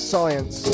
Science